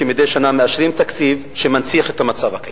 שמדי שנה מאשרים תקציב שמנציח את המצב הקיים.